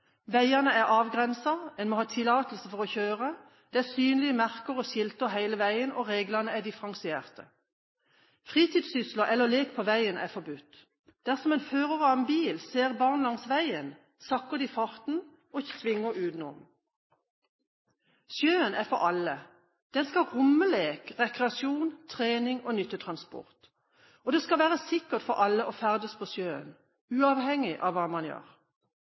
Veiene er avgrenset, en må ha tillatelse for å kjøre, det er synlige merker og skilter hele veien, og reglene er differensierte. Fritidssysler eller lek på veien er forbudt. Dersom førere av en bil ser barn langs veien, sakker de farten og svinger utenom. Sjøen er for alle. Den skal romme lek, rekreasjon, trening og nyttetransport, og det skal være sikkert for alle å ferdes på sjøen uavhengig av hva man gjør.